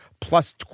plus